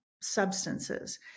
substances